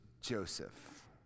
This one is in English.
Joseph